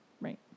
Right